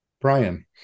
Brian